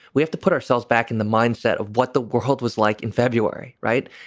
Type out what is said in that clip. we have to put ourselves back in the mindset of what the world was like in february. right.